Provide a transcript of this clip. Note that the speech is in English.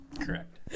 correct